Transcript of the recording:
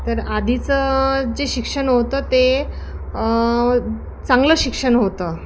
तर आधीचं जे शिक्षण होतं ते चांगलं शिक्षण होतं